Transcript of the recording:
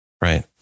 Right